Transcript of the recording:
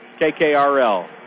KKRL